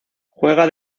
juega